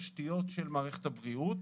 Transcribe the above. א'